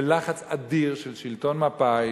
בלחץ אדיר של שלטון מפא"י,